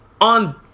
on